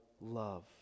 love